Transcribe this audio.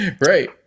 Right